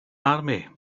army